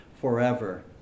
forever